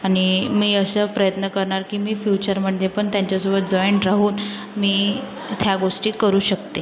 आणि मी असं प्रयत्न करणार की मी फ्युचरमध्ये पण त्यांच्यासोबत जॉईंट राहून मी त्या गोष्टी करू शकते